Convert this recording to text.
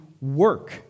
work